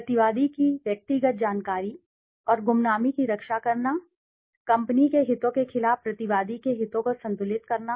प्रतिवादी की व्यक्तिगत जानकारी और गुमनामी की रक्षा करना कंपनी के हितों के खिलाफ प्रतिवादी के हितों को संतुलित करना